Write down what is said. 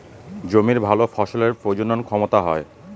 জমির ভালো ফসলের প্রজনন ক্ষমতা হয়